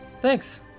Thanks